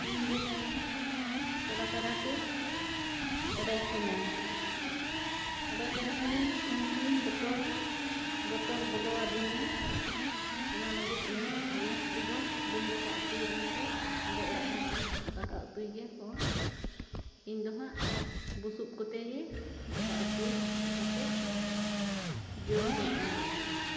ᱤᱧᱫᱚ ᱛᱟᱭᱱᱚᱢ ᱠᱟᱰᱟᱼᱠᱟᱰᱟᱛᱮᱧ ᱚᱰᱳᱠᱮᱱᱟ ᱚᱰᱳᱠᱮᱱ ᱠᱷᱟᱱᱤᱧ ᱩᱱᱠᱷᱚᱱᱤᱧ ᱵᱚᱛᱚᱨ ᱵᱚᱛᱚᱨ ᱵᱚᱞᱚᱣᱟᱫᱤᱧᱟ ᱚᱱᱟ ᱞᱟᱹᱜᱤᱫ ᱚᱱᱟ ᱜᱮᱥ ᱛᱮᱫᱚ ᱵᱟᱹᱧ ᱫᱟᱠᱟᱼᱩᱛᱩᱭᱟ ᱤᱧᱫᱚ ᱟᱞᱮ ᱚᱲᱟᱜ ᱦᱚᱲᱫᱚ ᱫᱟᱠᱟᱼᱩᱛᱩᱭ ᱜᱮᱭᱟᱠᱚ ᱤᱧᱫᱚ ᱦᱟᱸᱜ ᱵᱩᱥᱩᱵ ᱠᱚᱛᱮᱜᱮ ᱫᱟᱠᱟᱼᱩᱛᱩ ᱠᱟᱛᱮᱫ ᱡᱚᱢᱮᱫᱟᱞᱮ